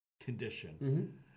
condition